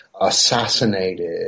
assassinated